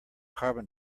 carbon